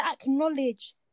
acknowledge